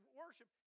worship